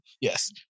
Yes